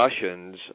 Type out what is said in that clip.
discussions